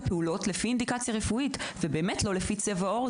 הפעולות לפי אינדיקציה רפואית ולא לפי צבע עור,